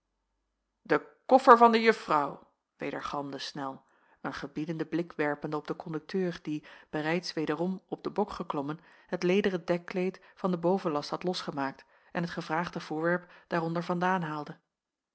de koffer van de juffrouw wedergalmde snel een gebiedenden blik werpende op den kondukteur die bereids wederom op den bok geklommen het lederen dekkleed van den bovenlast had losgemaakt en het gevraagde voorwerp daaronder vandaan haalde